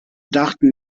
dachten